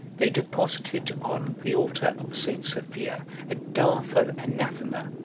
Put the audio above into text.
they deposited on the altar of st. sophia a direful anathema,